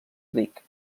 ric